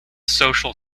social